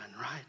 right